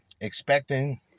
Expecting